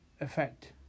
effect